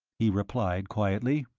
he replied, quietly.